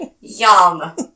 yum